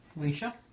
Alicia